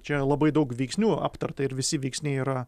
čia labai daug veiksnių aptarta ir visi veiksniai yra